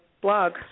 blog